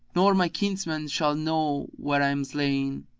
nor my kinsman shall know where i'm slain,